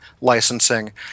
licensing